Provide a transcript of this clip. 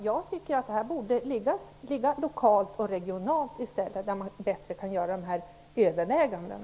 Jag tycker att detta borde ligga lokalt och regionalt i stället där man bättre kan göra dessa överväganden.